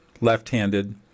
left-handed